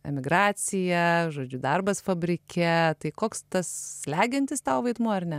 emigracija žodžiu darbas fabrike tai koks tas slegiantis tau vaidmuo ar ne